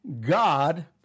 God